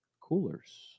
coolers